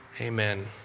Amen